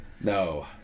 No